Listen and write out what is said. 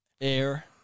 Air